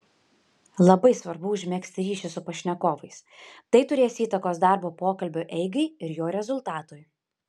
labai svarbu užmegzti ryšį su pašnekovais tai turės įtakos darbo pokalbio eigai ir jo rezultatui